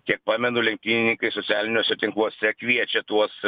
kiek pamenu lenktynininkai socialiniuose tinkluose kviečia tuos